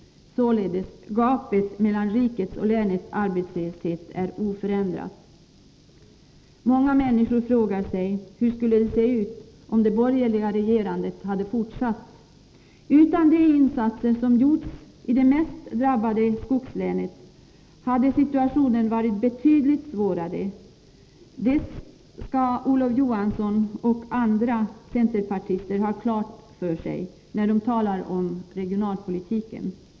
Gapet mellan rikets och länets arbetslöshet är således oförändrat. Många människor frågar sig hur det skulle se ut om det borgerliga regerandet hade fortsatt. Utan de insatser som gjorts i de mest drabbade skogslänen hade situationen varit betydligt svårare. Det skall Olof Johansson och andra centerpartister ha klart för sig när de talar om regionalpolitiken.